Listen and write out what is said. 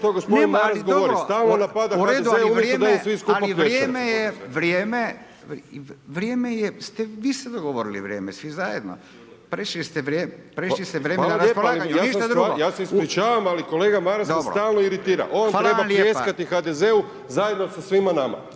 ali vrijeme je, vi ste dogovorili vrijeme svi zajedno, prešli ste vrijeme na raspolaganju i ništa drugo. **Beljak, Krešo (HSS)** Hvala lijepa ali ja se ispričavam, ali kolega Maras me stalno iritira, on treba pljeskati HDZ-u zajedno sa svima nama